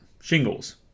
shingles